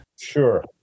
Sure